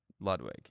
Ludwig